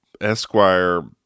esquire